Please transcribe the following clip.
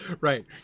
Right